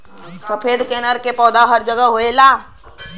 सफ़ेद कनेर के पौधा हर जगह ना होला